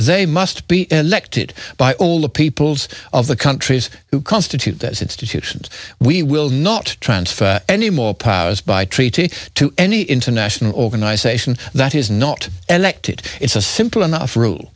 they must be elected by all the peoples of the countries who constitute as institutions we will not transfer any more powers by treaty to any international organization that is not elected it's a simple enough rule